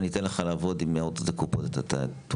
אם אני אתן לך לעבוד עם עוד קופות אתה תוכל?